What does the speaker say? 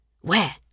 Where